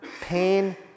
pain